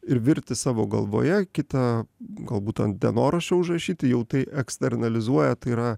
ir virti savo galvoje kita galbūt ant dienoraščio užrašyti jau tai eksternalizuoja tai yra